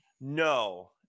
No